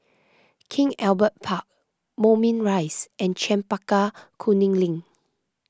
King Albert Park Moulmein Rise and Chempaka Kuning Link